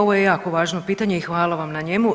Ovo je jako važno pitanje i hvala vam na njemu.